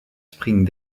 spring